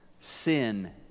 sin